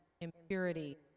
Impurity